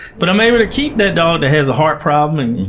but i'm able to keep that dog that has a heart problem,